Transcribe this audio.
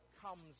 comes